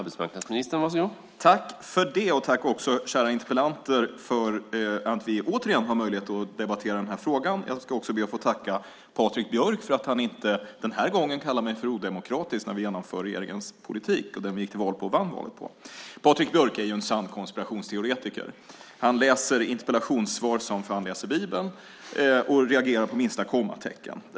Herr talman! Tack, kära interpellanter, för att vi återigen har möjlighet att debattera den här frågan! Jag ska också be att få tacka Patrik Björck för att han den här gången inte kallar mig för odemokratisk när vi genomför regeringens politik som vi gick till val på och vann valet på. Patrik Björck är en sann konspirationsteoretiker. Han läser interpellationssvar som fan läser Bibeln och reagerar på minsta kommatecken.